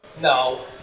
No